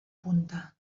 punta